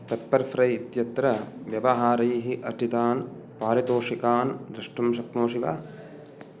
Pepperfry इत्यत्र व्यवहारैः अर्जितान् पारितोषिकान् द्रष्टुं शक्नोषि वा